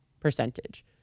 Percentage